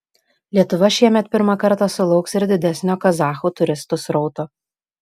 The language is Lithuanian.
lietuva šiemet pirmą kartą sulauks ir didesnio kazachų turistų srauto